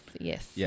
Yes